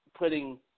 putting